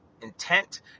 intent